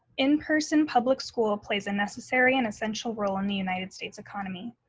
in person public school plays a necessary and essential role in the united states economy.